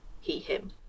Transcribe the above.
he-him